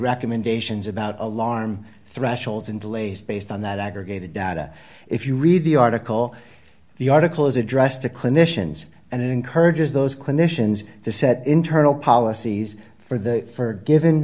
recommendations about alarm threshold and delays based on that aggregated data if you read the article the article is addressed to clinicians and encourages those clinicians to set internal policies for the for given